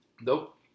Nope